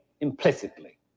implicitly